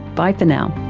bye for now